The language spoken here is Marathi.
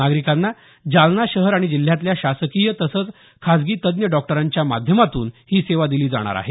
नागरिकांना जालना शहर आणि जिल्ह्यातल्या शासकीय तसंच खासगी तज्ञ डॉक्टरांच्या माध्यमातून ही सेवा दिली जाणार आहे